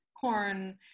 corn